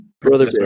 Brother